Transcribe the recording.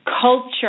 culture